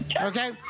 Okay